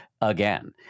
again